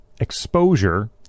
exposure